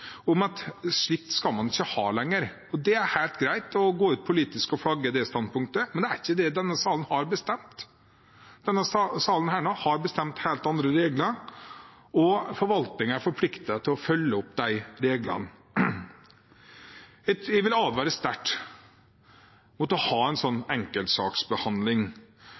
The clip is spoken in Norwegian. at slik skal man ikke ha det lenger – og det er helt greit å gå ut politisk å flagge det standpunktet. Men det er ikke det denne sal har bestemt. Denne sal har bestemt helt andre regler, og forvaltningen er forpliktet til å følge opp de reglene. Jeg vil advare sterkt mot en slik enkeltsaksbehandling. Det er en